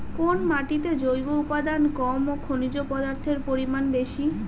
কোন মাটিতে জৈব উপাদান কম ও খনিজ পদার্থের পরিমাণ বেশি?